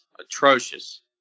atrocious